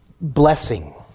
blessing